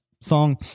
song